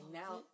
now